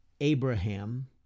Abraham